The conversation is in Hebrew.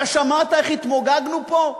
אתה שמעת איך התמוגגנו פה?